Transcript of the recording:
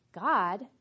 God